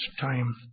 time